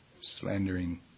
slandering